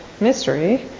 mystery